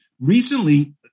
Recently